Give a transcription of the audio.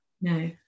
no